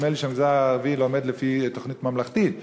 נדמה לי שהמגזר הערבי לומד לפי תוכנית ממלכתית,